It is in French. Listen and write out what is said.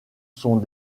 sont